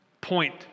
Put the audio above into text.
point